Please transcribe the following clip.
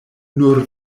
nur